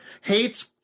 hates